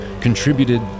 contributed